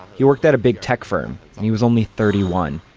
he worked at a big tech firm. he was only thirty one,